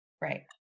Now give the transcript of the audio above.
Right